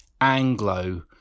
Anglo